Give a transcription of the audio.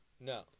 No